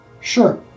Sure